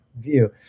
view